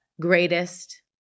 greatest